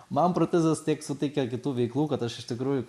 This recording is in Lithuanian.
man protezas tiek suteikia kitų veiklų kad aš iš tikrųjų